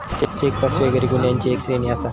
check फसवेगिरी गुन्ह्यांची एक श्रेणी आसा